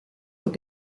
but